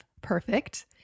perfect